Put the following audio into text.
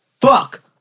Fuck